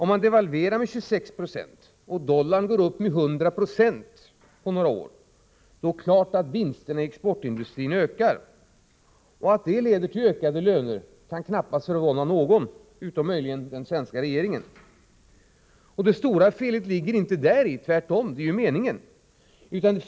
Efter devalveringar på sammanlagt 26 70 och en dollaruppgång på 100 20 på några år måste självfallet vinsterna i exportindustrin öka. Att det leder till ökade löner kan knappast förvåna någon utom möjligen den svenska regeringen. Det stora felet ligger inte däri, utan det är tvärtom meningen.